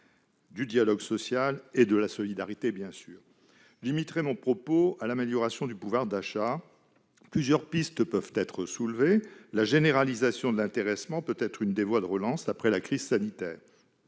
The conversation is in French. du dialogue social et, bien évidemment, de la solidarité. Je limiterai mon propos à l'amélioration du pouvoir d'achat. Plusieurs pistes peuvent être étudiées. La généralisation de l'intéressement peut être une des voies de relance après la crise sanitaire.